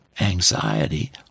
anxiety